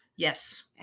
Yes